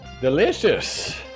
delicious